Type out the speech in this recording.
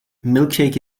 milkshake